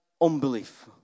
unbelief